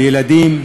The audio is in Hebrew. לילדים,